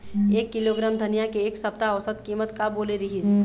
एक किलोग्राम धनिया के एक सप्ता औसत कीमत का बोले रीहिस?